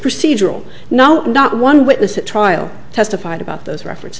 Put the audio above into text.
procedural now not one witness at trial testified about those reference